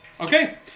Okay